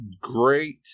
Great